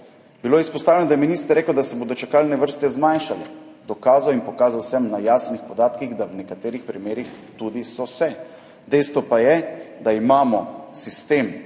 Bilo izpostavljeno, da je minister rekel, da se bodo čakalne vrste zmanjšale. Dokazal in pokazal sem na jasnih podatkih, da v nekaterih primerih so tudi se, dejstvo pa je, da imamo sistem